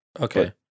okay